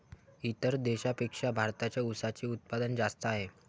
इतर देशांपेक्षा भारतात उसाचे उत्पादन जास्त आहे